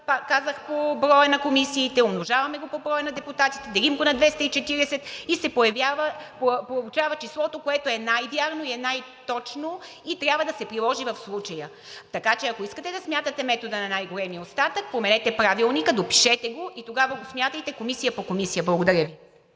казах, по броя на комисиите, умножаваме го по броя на депутатите, делим го на 240 и се получава числото, което е най-вярно и най-точно, и трябва да се приложи в случая. Така че, ако искате да смятате по метода на най-големия остатък, променете Правилника, допишете го и тогава смятайте комисия по комисия. Благодаря Ви.